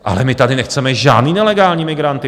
Ale my tady nechceme žádné nelegální migranty.